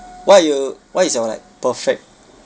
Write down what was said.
what you what is your like perfect